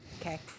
okay